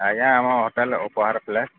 ଆଜ୍ଞା ଆମ ହୋଟେଲ୍ ଉପହାର ଫ୍ଲେଟ୍